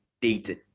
dating